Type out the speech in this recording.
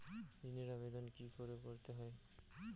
ঋণের আবেদন কি করে করতে হয়?